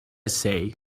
say